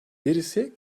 birisi